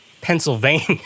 Pennsylvania